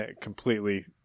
Completely